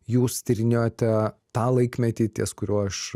jūs tyrinėjote tą laikmetį ties kuriuo aš